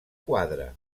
quadre